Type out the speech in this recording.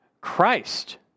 Christ